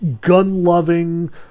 gun-loving